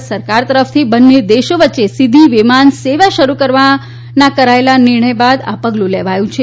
ભારત સરકાર તરફથી બંને દેશો વચ્ચે સીધી વિમાન સેવા શરૂ કરવાના કરાયેલા નિર્ણય બાદ આ પગલું લેવાયું છે